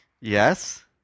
Yes